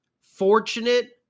fortunate